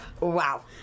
Wow